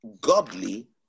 godly